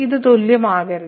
ഇത് തുല്യമാകരുത്